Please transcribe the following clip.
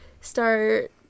start